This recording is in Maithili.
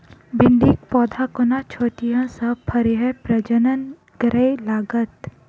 भिंडीक पौधा कोना छोटहि सँ फरय प्रजनन करै लागत?